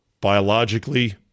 biologically